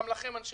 אנשים